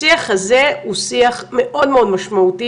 השיח הזה הוא שיח מאוד מאוד משמעותי